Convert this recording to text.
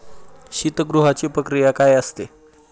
शीतगृहाची प्रक्रिया काय असते?